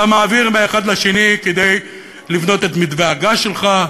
אתה מעביר מהאחד לשני כדי לבנות את מתווה הגז שלך,